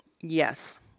Yes